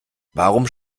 warum